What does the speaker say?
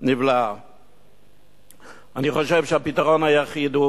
אני חושב שהפתרון היחיד הוא